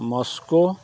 Moscow